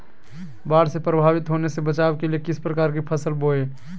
बाढ़ से प्रभावित होने से बचाव के लिए किस प्रकार की फसल बोए?